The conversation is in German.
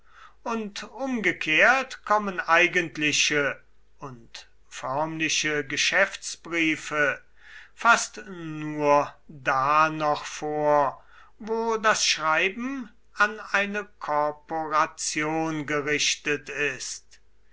und umgekehrt kommen eigentliche und förmliche geschäftsbriefe fast nur da noch vor wo das schreiben an eine korporation gerichtet ist